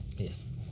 yes